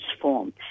form